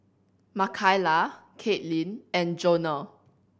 Makaila Katelynn and Jonah